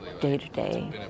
day-to-day